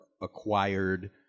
acquired